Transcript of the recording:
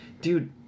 dude